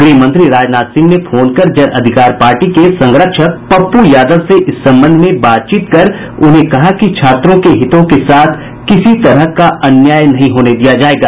गृह मंत्री राजनाथ सिंह ने फोन कर जन अधिकार पार्टी के संरक्षक पप्पू यादव से इस संबंध में बातचीत कर उन्हें कहा कि छात्रों के हितों के साथ किसी तरह का अन्याय नहीं होने दिया जाएगा